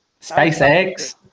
SpaceX